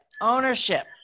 Ownership